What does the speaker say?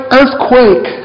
earthquake